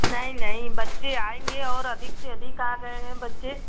नहीं नहीं बच्चे आएँगे और अधिक से अधिक आ रहे हैं बच्चे